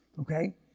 okay